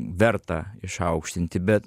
verta išaukštinti bet